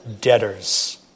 debtors